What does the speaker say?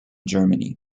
germany